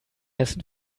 hessen